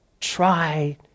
try